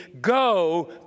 Go